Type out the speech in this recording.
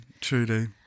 truly